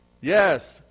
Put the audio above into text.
Yes